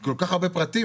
זה כל כך הרבה פרטים.